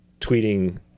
tweeting